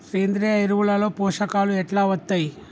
సేంద్రీయ ఎరువుల లో పోషకాలు ఎట్లా వత్తయ్?